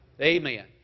amen